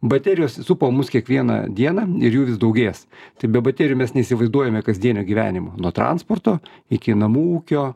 baterijos supo mus kiekvieną dieną ir jų vis daugės tai be baterijų mes neįsivaizduojame kasdienio gyvenimo nuo transporto iki namų ūkio